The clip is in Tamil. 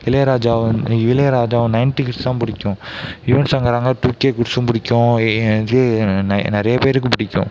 இளையராஜா இளையராஜாவை நைன்ட்டி கிட்ஸுக்கு தான் பிடிக்கும் யுவன் சங்கராங்க டூ கே கிட்ஸ்ஸும் பிடிக்கும் ஏ இது ந நிறைய பேருக்கு பிடிக்கும்